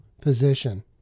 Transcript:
position